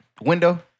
window